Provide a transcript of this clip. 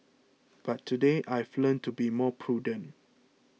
but today I've learnt to be more prudent